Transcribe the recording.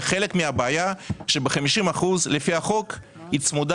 חלק מהבעיה היא שב-50 אחוזים לפי החוק היא צמודה